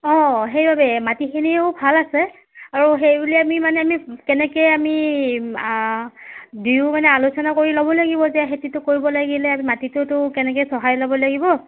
সেইবাবে মাটিখিনিও ভাল আছে আৰু সেইবুলি আমি মানে আমি কেনেকৈ আমি দিওঁ মানে আলোচনা কৰি ল'ব লাগিব যে খেতিটো কৰিব লাগিলে মাটিটোতো তেনেকৈ চহাই ল'ব লাগিব